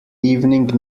evening